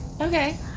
Okay